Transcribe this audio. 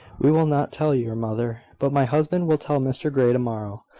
we will not tell your mother but my husband will tell mr grey to-morrow,